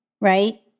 right